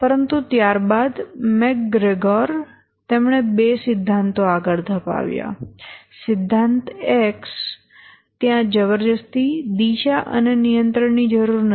પરંતુ ત્યારબાદ મેકગ્રેગોર તેણે બે સિદ્ધાંતો આગળ ધપાવ્યા સિદ્ધાંત એક્સ ત્યાં જબરદસ્તી દિશા અને નિયંત્રણની જરૂર નથી